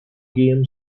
game